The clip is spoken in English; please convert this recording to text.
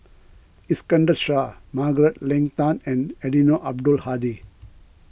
Iskandar Shah Margaret Leng Tan and Eddino Abdul Hadi